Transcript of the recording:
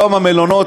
היום המלונות,